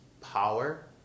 power